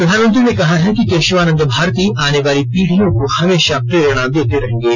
प्रधानमंत्री ने कहा है कि केशवानंद भारती आने वाली पीढियों को हमेशा प्रेरणा देते रहेंगे